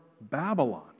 Babylon